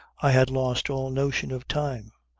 i had lost all notion of time,